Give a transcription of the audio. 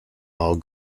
all